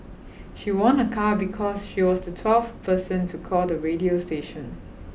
she won a car because she was the twelfth person to call the radio station